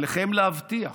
עליכם להבטיח